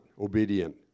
obedient